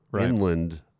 inland